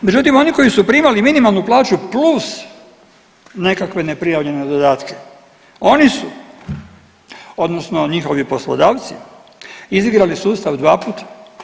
Međutim, oni koji su primali minimalnu plaću plus nekakve neprijavljene dodatke oni su odnosno njihovi poslodavci izigrali sustav dva put.